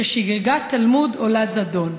ששגגת תלמוד עולה זדון.